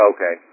Okay